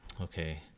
okay